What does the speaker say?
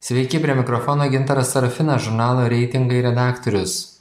sveiki prie mikrofono gintaras serafinas žurnalo reitingai redaktorius